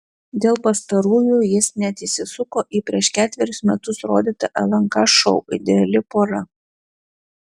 dėl pastarųjų jis net įsisuko į prieš ketverius metus rodytą lnk šou ideali pora